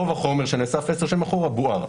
רוב החומר שנאסף 10 שנים אחורה בוער.